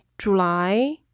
July